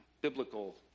biblical